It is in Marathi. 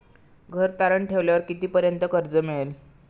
घर तारण ठेवल्यावर कितीपर्यंत कर्ज मिळेल?